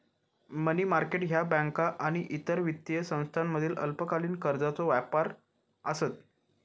मनी market ह्या बँका आणि इतर वित्तीय संस्थांमधील अल्पकालीन कर्जाचो व्यापार आसत